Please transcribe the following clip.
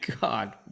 god